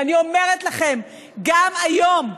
ואני אומרת לכם גם היום: